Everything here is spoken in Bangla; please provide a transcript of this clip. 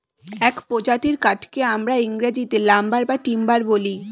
এক প্রজাতির কাঠকে আমরা ইংরেজিতে লাম্বার বা টিম্বার বলি